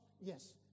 Yes